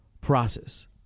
process